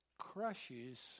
crushes